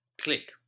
click